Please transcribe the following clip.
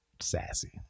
sassy